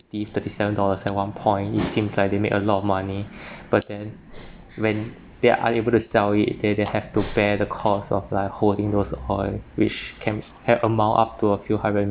thirty seven dollars at one point it seems like they make a lot of money but then when they are unable to sell it then they have to bear the cost of like holding those oil which can have amount up to a few hundred and